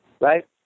right